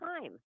time